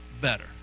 better